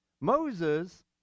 Moses